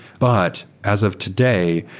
but as of today,